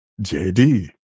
JD